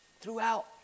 throughout